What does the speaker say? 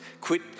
quit